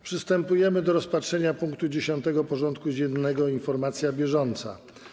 Przystępujemy do rozpatrzenia punktu 10. porządku dziennego: Informacja bieżąca.